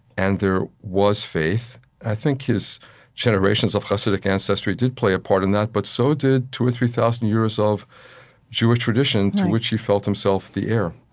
and there was faith. i think his generations of hasidic ancestry did play a part in that, but so did two or three thousand years of jewish tradition to which he felt himself the heir